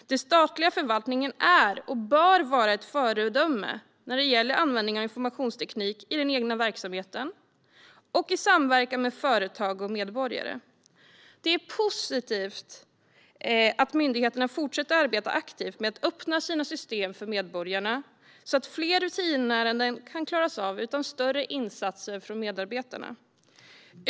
Den statliga förvaltningen är och bör vara ett föredöme när det gäller användningen av informationsteknik i den egna verksamheten och i samverkan med företag och medborgare. Det är positivt att myndigheterna fortsätter att arbeta aktivt med att öppna sina system för medborgarna så att fler rutinärenden kan klaras av utan större insatser från medarbetarna.